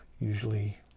usually